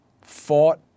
fought